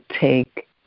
take